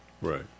right